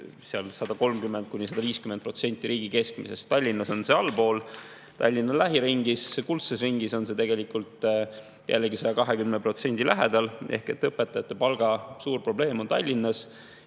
on 130–150% riigi keskmisest. Tallinnas on see allpool, aga Tallinna lähiringis, kuldses ringis on see jällegi 120% lähedal. Ehk õpetajate palga suur probleem on Tallinnas